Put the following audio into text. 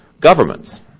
governments